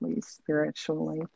spiritually